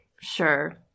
sure